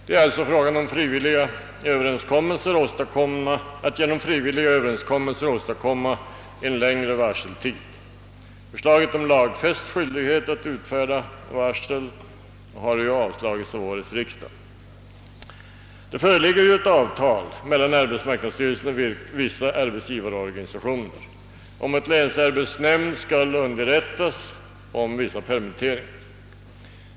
Det är alltså fråga om att genom frivilliga överenskommelser åstadkomma en längre varseltid. Förslaget om lagfäst skyldighet att utfärda varsel har ju avslagits av årets riksdag. Det föreligger ett avtal mellan arbetsmarknadsstyrelsen och vissa arbetsgivarorganisationer om att länsarbetsnämnd skall underrättas om vissa permitteringar.